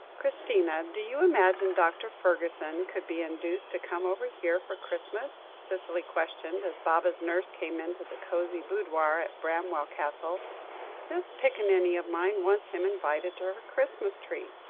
christina, do you imagine dr. fergusson could be induced to come over here for christmas? cicely questioned, as baba's nurse came into the cosy boudoir at bramwell castle this picanniny of mine wants him invited to her christmas-tree.